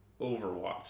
Overwatch